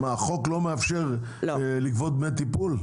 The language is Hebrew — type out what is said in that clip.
החוק לא מאפשר לגבות דמי טיפול?